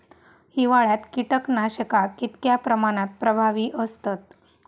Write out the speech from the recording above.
हिवाळ्यात कीटकनाशका कीतक्या प्रमाणात प्रभावी असतत?